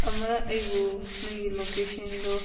ꯑꯃꯨꯔꯛ ꯑꯩꯕꯨ ꯅꯪꯒꯤ ꯂꯣꯀꯦꯁꯟꯗꯣ